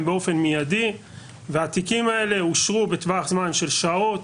באופן מידי והתיקים האלה אושרו בטווח זמן של שעות,